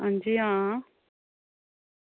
अंजी आं